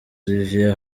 olivier